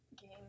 game